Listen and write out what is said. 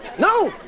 no,